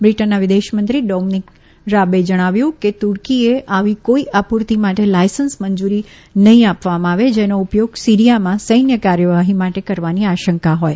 બ્રિટનના વિદેશમંત્રી Dominic Raab જણાવ્યું છે કે તુર્કીએ આવી કોઈ આપૂર્તિ માટે લાયસન્સ મંજુરી નહીં આપવામાં આવે જેનો ઉપયોગ સિરિયામાં સૈન્ય કાર્યવાહી માટે કરવાની આશંકાહોય